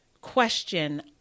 question